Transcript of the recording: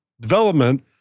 development